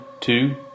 two